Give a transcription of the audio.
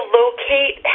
locate